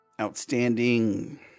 outstanding